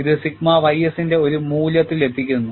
ഇത് sigma ys ന്റെ ഒരു മൂല്യത്തിലെത്തുന്നു